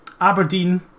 Aberdeen